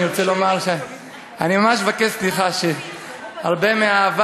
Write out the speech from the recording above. אני רוצה לומר שאני ממש מבקש סליחה שהרבה מהאהבה